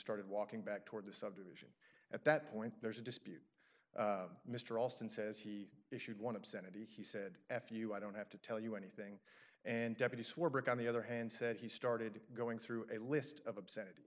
started walking back toward the subdivision at that point there's a dispute mr alston says he issued one obscenity he said f you i don't have to tell you anything and deputy swarbrick on the other hand said he started going through a list of obscenity